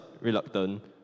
reluctant